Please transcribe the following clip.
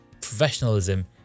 professionalism